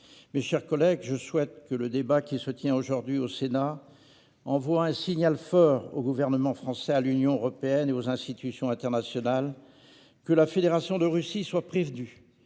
Mes chers collègues, je souhaite que le débat qui se tient aujourd'hui au Sénat envoie un signal fort au gouvernement français, à l'Union européenne et aux institutions internationales. Que la Fédération de Russie soit prévenue